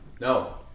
no